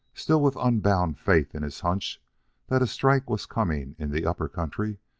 still with unbounded faith in his hunch that a strike was coming in the upper country,